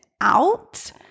out